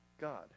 God